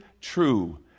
true